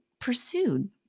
pursued